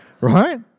right